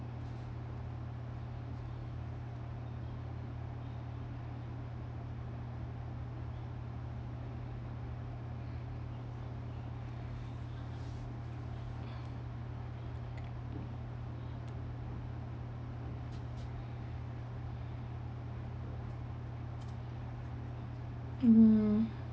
mm